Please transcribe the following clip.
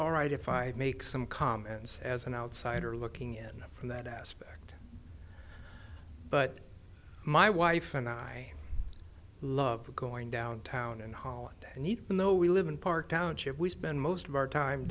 all right if i make some comments as an outsider looking in from that aspect but my wife and i love going downtown and holiday and even though we live in park township we spend most of our time